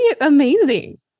amazing